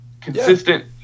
consistent